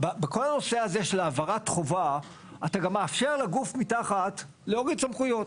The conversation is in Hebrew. בכל הנושא הזה של העברת חובה אתה גם מאפשר לגוף מתחת להוריד סמכויות,